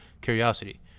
curiosity